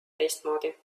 teistmoodi